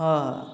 ହଁ